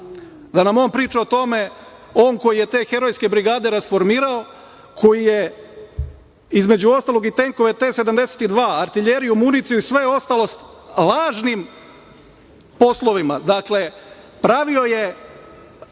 Da nam on priča o tome, on koji je te herojske brigade rasformirao, koji je, između ostalog, i tenkove T-72, artiljeriju, municiju i sve ostalo lažnim poslovima. Dakle, pravio je